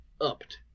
upped